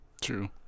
True